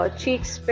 cheeks